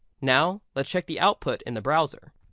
now let's check the output in the browser.